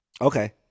Okay